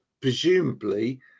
presumably